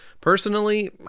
Personally